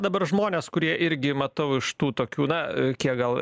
dabar žmonės kurie irgi matau iš tų tokių na kiek gal